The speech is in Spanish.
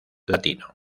latino